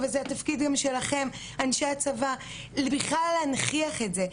אבל זה התפקיד גם שלכם אנשי הצבא בכלל להנכיח את זה,